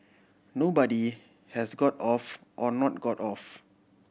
nobody has got off or not got off